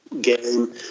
game